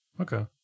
Okay